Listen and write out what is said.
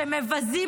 שמבזים,